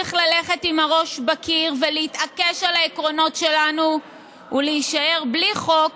להמשיך ללכת עם הראש בקיר ולהתעקש על העקרונות שלנו ולהישאר בלי חוק